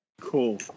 Cool